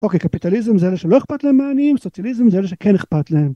אוקיי, קפיטליזם זה אלה שלא אכפת להם מהעניים, סוציאליזם זה אלה שכן אכפת להם.